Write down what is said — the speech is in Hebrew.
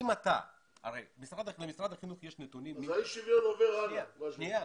אז אי השוויון עובר הלאה.